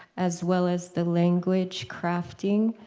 as well as the language, crafting,